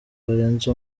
barenze